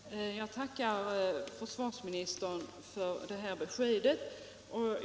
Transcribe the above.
Herr talman! Jag tackar försvarsministern för detta besked.